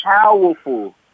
Powerful